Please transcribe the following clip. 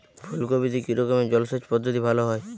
ফুলকপিতে কি রকমের জলসেচ পদ্ধতি ভালো হয়?